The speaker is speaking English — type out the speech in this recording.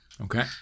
okay